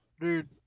dude